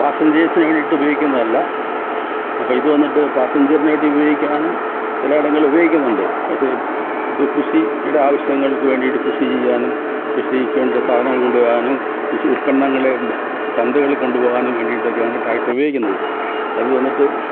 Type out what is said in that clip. പാസഞ്ചേഴ്സിന് വേണ്ടിയിട്ട് ഉപയോഗിക്കുന്നതല്ല അപ്പം ഇത് വന്നിട്ട് പാസഞ്ചറിന് വേണ്ടി ഉപയോഗിക്കാനും ചില ഇടങ്ങളിൽ ഉപയോഗിക്കുന്നുണ്ട് പക്ഷേ ഇത് കൃഷിയുടെ ആവശ്യങ്ങൾക്ക് വേണ്ടിയിട്ട് കൃഷി ചെയ്യാനും കൃഷിക്ക് വേണ്ടി സാധനങ്ങൾ കൊണ്ട് വരാനും കൃഷി ഉൽപന്നങ്ങളെ ചന്തകളിൽ കൊണ്ടുപോകാനും വേണ്ടിയിട്ടൊക്കെയാണ് ട്രാക്ടർ ഉപയോഗിക്കുന്നത് അതിൽ വന്നിട്ട്